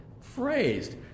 phrased